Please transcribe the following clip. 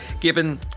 given